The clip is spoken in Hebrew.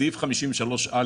בסעיף 53א,